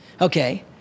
Okay